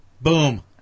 Boom